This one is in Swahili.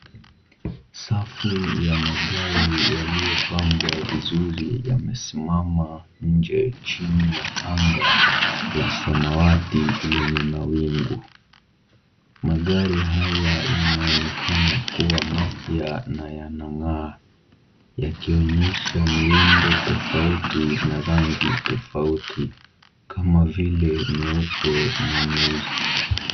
Safu ya magari yaliyopangwa vizuri yamesimama nje chini ya anga la samawati lenye mawingu. Magari haya yanaonekana kuwa mapya na yanang'aa yakionyesha miundo tofauti na rangi tofauti kama vile nyeupe na nyeusi.